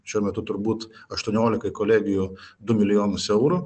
šiuo metu turbūt aštuoniolikai kolegijų du milijonus eurų